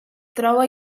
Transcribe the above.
troba